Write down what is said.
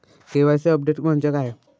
KYC update म्हणजे काय?